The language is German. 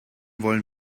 wollen